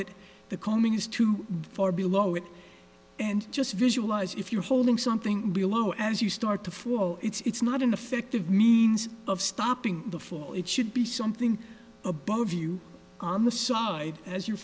it the calming is too far below it and just visualize if you're holding something below as you start to fall it's not an effective means of stopping the flow it should be something above you on the side as you're